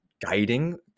guiding